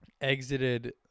exited